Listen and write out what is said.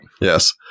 Yes